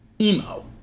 emo